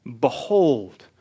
Behold